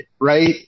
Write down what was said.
right